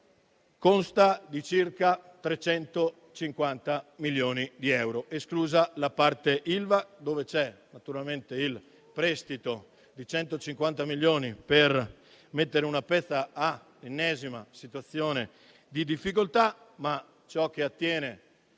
consta di circa 350 milioni di euro, esclusa la parte Ilva, dove c'è naturalmente il prestito di 150 milioni per mettere una pezza all'ennesima situazione di difficoltà. Ciò che attiene